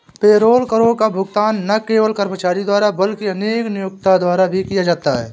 payroll करों का भुगतान न केवल कर्मचारी द्वारा बल्कि उनके नियोक्ता द्वारा भी किया जाता है